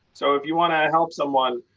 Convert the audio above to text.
so if you want to help someone,